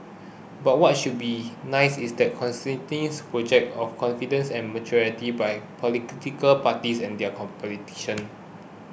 but what should be nice is the consistent project of confidence and maturity by political parties and their politicians